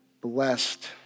blessed